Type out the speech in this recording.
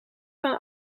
van